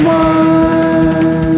one